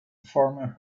former